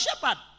shepherd